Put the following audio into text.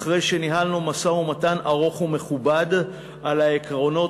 אחרי שניהלנו משא-ומתן ארוך ומכובד על העקרונות